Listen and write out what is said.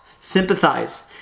sympathize